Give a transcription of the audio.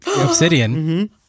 obsidian